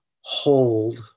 hold